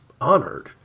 honored